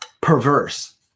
perverse